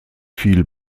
viel